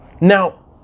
Now